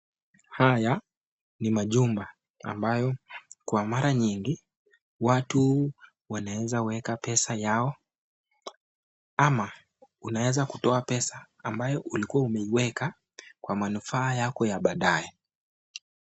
Haya ni majumba ambayo kwa mara nyingi watu wanaeza weka pesa yao ama unaeza kutoa pesa ambayo ulikuwa umeiweka kwa manufaa yako ya baadaye.